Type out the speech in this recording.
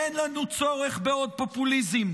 אין לנו צורך בעוד פופוליזם.